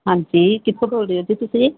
ਹਾਂਜੀ ਕਿੱਥੋਂ ਬੋਲ ਰਹੇ ਹੋ ਜੀ ਤੁਸੀਂ